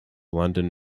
london